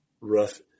rough